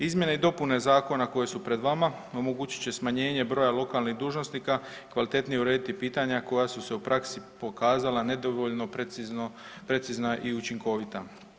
Izmjene i dopune zakona koje su pred vama omogućit će smanjenje broja lokalnih dužnosnika, kvalitetnije urediti pitanja koja su se u praksi pokazala nedovoljno precizna i učinkovita.